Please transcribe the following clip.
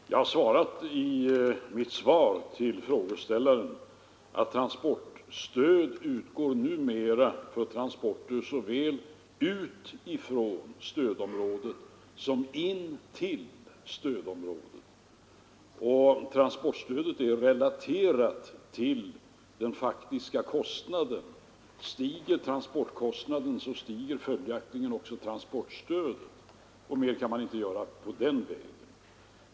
Herr talman! Ett par förklaringar. Jag har i mitt svar till frågeställaren meddelat att transportstöd numera utgår för transporter såväl från stödområdet som till stödområdet. Transportstödet är relaterat till den faktiska "kostnaden. Stiger transportkostnaden, stiger följaktligen också transportstödet. Mer kan man inte göra den vägen.